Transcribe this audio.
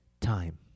time